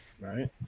right